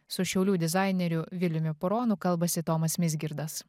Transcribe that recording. su šiaulių dizaineriu viliumi puronu kalbasi tomas vizgirdas